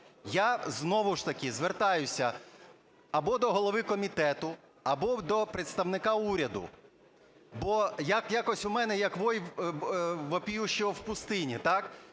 Я знову ж таки звертаюся або до голови комітету, або до представника уряду. Бо якось у мене, як "вой вопиющего в пустыне", так?